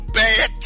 bad